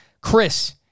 Chris